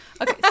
Okay